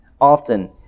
often